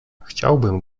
chciałbym